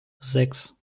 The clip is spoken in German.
sechs